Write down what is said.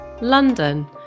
London